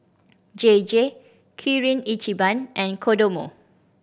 J J Kirin Ichiban and Kodomo